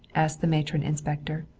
asked the matron inspector.